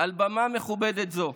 על במה מכובדת זו